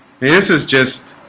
this is just